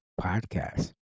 Podcast